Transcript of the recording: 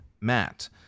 Matt